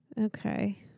Okay